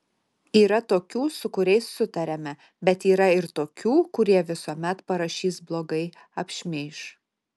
yra tokių su kuriais sutariame bet yra ir tokių kurie visuomet parašys blogai apšmeiš